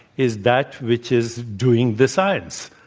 is that which is doing the science.